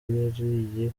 yariye